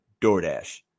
Doordash